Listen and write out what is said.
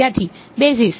વિદ્યાર્થી બેસિસ